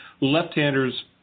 left-handers